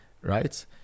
right